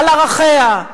על ערכיה.